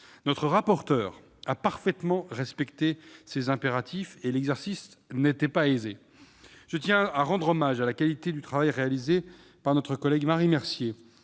Notre rapporteur a parfaitement respecté ces impératifs. L'exercice n'était pourtant pas aisé. Je tiens à rendre hommage à la qualité du travail réalisé par notre collègue Marie Mercier,